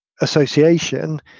association